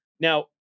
Now